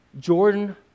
Jordan